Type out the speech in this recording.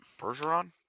Bergeron